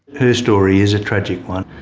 her story is a tragic one.